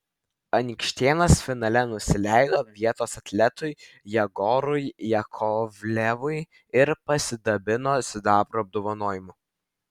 anykštėnas finale nusileido vietos atletui jegorui jakovlevui ir pasidabino sidabro apdovanojimu